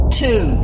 two